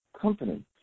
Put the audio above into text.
company